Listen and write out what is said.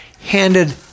handed